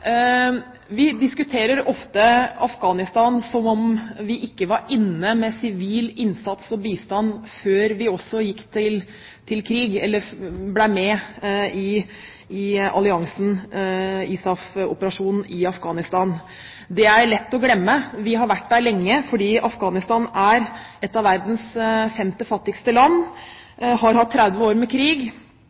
Vi diskuterer ofte Afghanistan som om vi ikke var inne med sivil innsats og bistand før vi også gikk til krig, eller ble med i alliansen, ISAF-operasjonen i Afghanistan. Det er lett å glemme. Vi har vært der lenge, for Afghanistan er verdens femte fattigste land, og har hatt 30 år med krig.